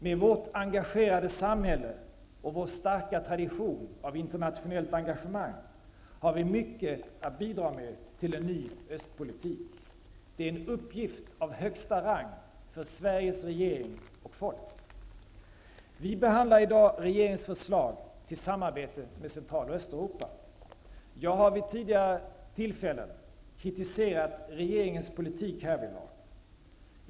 Med vårt engagerade samhälle och vår starka tradition av internationellt engagemang har vi mycket att bidra med till en ny östpolitik. Det är en uppgift av högsta rang för Sveriges regering och folk. Vi behandlar i dag regeringens förslag till samarbete med Central och Östeuropa. Jag har vid tidigare tillfällen kritiserat regeringens politik härvidlag.